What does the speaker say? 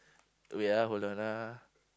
wait ah hold on ah